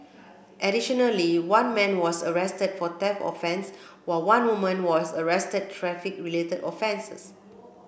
additionally one man was arrested for theft offence while one woman was arrested traffic related offences